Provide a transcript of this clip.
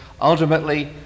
Ultimately